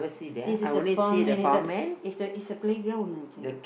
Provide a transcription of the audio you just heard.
this is a farm and it's a it's a it's a playground I think